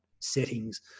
settings